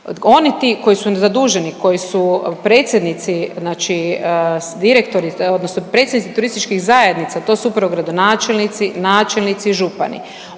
znači direktori odnosno predsjednici turističkih zajednica, to su upravo gradonačelnici, načelnici i župani